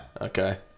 Okay